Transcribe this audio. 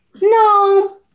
no